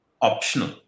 optional